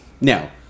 Now